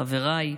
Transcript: חבריי,